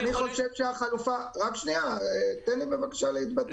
אני חושב --- רק שנייה, תן לי בבקשה להתבטא.